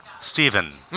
Stephen